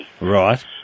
Right